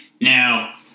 now